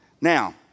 Now